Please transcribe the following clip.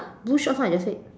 blue shorts one I just said